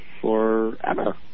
forever